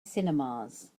cinemas